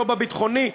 לא בביטחוני,